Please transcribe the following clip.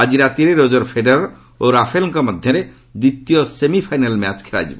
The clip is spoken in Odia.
ଆଜି ରାତିରେ ରୋକର୍ ଫେଡେରର ଓ ରାଫେଲଙ୍କ ମଧ୍ୟରେ ଦ୍ୱିତୀୟ ସେମିଫାଇନାଲ୍ ମ୍ୟାଚ୍ ଖେଳାଯିବ